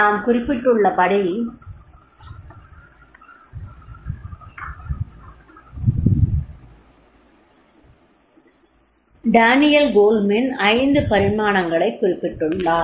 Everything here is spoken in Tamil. நான் குறிப்பிட்டுள்ளபடி டேனியல் கோல்மேன் ஐந்து பரிமாணங்களைக் குறிப்பிட்டுள்ளார்